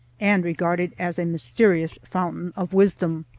and regarded as a mysterious fountain of wisdom.